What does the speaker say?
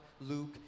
Luke